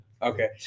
Okay